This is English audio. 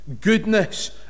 goodness